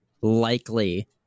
likely